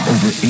Over